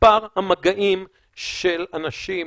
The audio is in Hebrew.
מספר המגעים של אנשים